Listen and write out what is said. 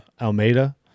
Almeida